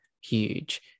huge